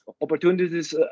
Opportunities